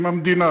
עם המדינה,